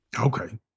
okay